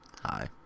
hi